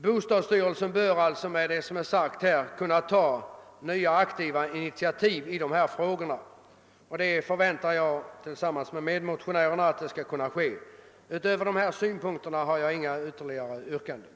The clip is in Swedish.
Bostadsstyrelsen bör som sagt, kunna ta egna initiativ i dessa frågor. Detta förväntar jag tillsammans med motionärerna också skall komma att ske. Utöver dessa synpunkter har jag inga ytterligare yrkanden.